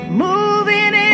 moving